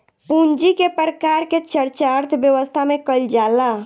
पूंजी के प्रकार के चर्चा अर्थव्यवस्था में कईल जाला